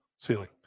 Ceiling